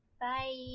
Bye